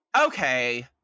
okay